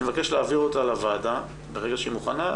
אני מבקש להעביר אותה לוועדה ברגע שהיא מוכנה.